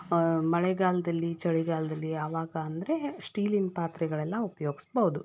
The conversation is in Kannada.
ಮಳೆಗಾಲದಲ್ಲಿ ಚಳಿಗಾಲದಲ್ಲಿ ಅವಾಗ ಅಂದರೆ ಸ್ಟೀಲಿನ ಪಾತ್ರೆಗಳೆಲ್ಲ ಉಪಯೋಗ್ಸ್ಬೌದು